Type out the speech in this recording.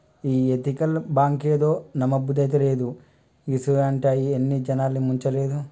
ఈ ఎతికల్ బాంకేందో, నమ్మబుద్దైతలేదు, గిసుంటియి ఎన్ని జనాల్ని ముంచలేదు